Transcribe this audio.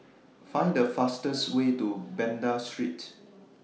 Find The fastest Way to Banda Street